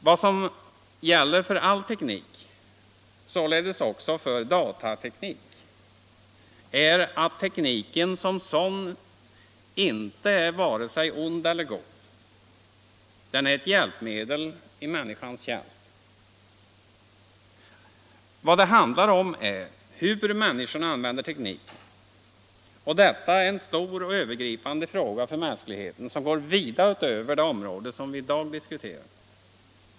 Vad som gäller för all teknik, således också för datateknik, är att tekniken som sådan inte är vare sig ond eller god — den är ett hjälpmedel i människans tjänst. Vad det handlar om är hur människorna använder tekniken, och deua är en stor och övergripande fråga för mänskligheten, som går vida utöver det område vi i dag diskuterar.